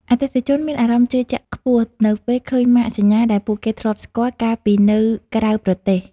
អតិថិជនមានអារម្មណ៍ជឿជាក់ខ្ពស់នៅពេលឃើញម៉ាកសញ្ញាដែលពួកគេធ្លាប់ស្គាល់កាលពីនៅក្រៅប្រទេស។